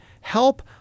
help